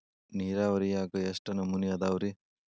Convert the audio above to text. ನೇರಾವರಿಯಾಗ ಎಷ್ಟ ನಮೂನಿ ಅದಾವ್ರೇ?